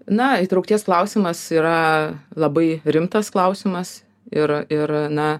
na įtraukties klausimas yra labai rimtas klausimas ir ir na